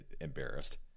embarrassed